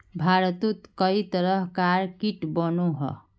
भारतोत कई तरह कार कीट बनोह